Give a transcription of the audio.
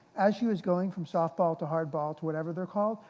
as she was going from softball to hardball to whatever they're called,